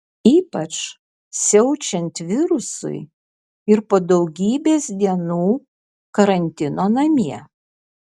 ypač siaučiant virusui ir po daugybės dienų karantino namie